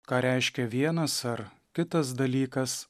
ką reiškia vienas ar kitas dalykas